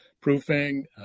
proofing